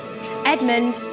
Edmund